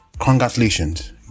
congratulations